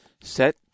set